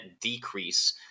decrease